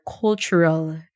cultural